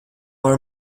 our